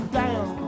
down